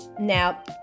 Now